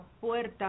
puerta